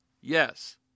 Yes